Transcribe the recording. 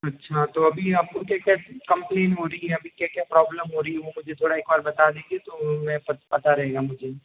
अच्छा तो अभी आप को क्या क्या कंप्लेन हो रही है अभी क्या क्या प्रॉब्लम हो रही है वो मुझे थोड़ा एक और बता देंगे तो मैं पता रहेगा मुझे